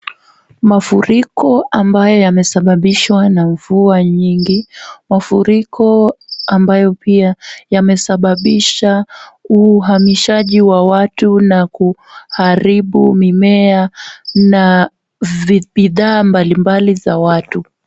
Mafuriko ambayo yamesababishwa na mvua nyingi, mafuriko ambayo pia yamesababisha uhamishaji wa watu na kuharibu mimea na bidhaa mbalimbali za watu.